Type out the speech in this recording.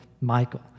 Michael